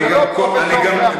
אני גם,